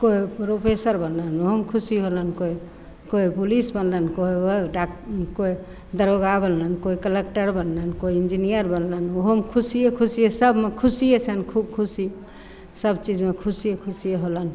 कोइ प्रोफेसर बनलनि ओहोमे खुशी होलनि कोइ कोइ पुलिस बनलनि कोइ डाक कोइ दरोगा बनलनि कोइ कलेक्टर बनलनि कोइ इन्जिनियर बनलनि ओहोमे खुशिये खुशिये सभमे खुशिये छनि खूब खुशी सभचीजमे खुशिये खुशिये होलनि